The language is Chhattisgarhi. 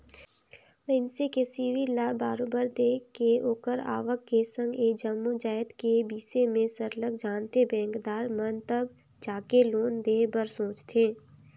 मइनसे के सिविल ल बरोबर देख के ओखर आवक के संघ ए जम्मो जाएत के बिसे में सरलग जानथें बेंकदार मन तब जाएके लोन देहे बर सोंचथे